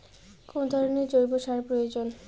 কোন ধরণের জৈব সার প্রয়োজন?